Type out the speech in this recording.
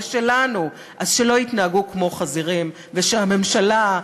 זה שלנו, אז שלא יתנהגו כמו חזירים, ושהממשלה,